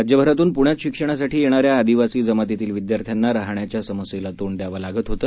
राज्यभरातून पुण्यात शिक्षणासाठी येणाऱ्या आदिवासी जमातीतील विद्यार्थ्यांना राहण्याच्या समस्येला तोंड द्यावे लागत होतं